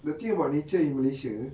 the thing about nature in malaysia